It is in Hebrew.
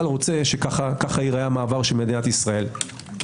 רוצה שכך ייראה המעבר של מדינת ישראל.